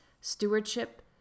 stewardship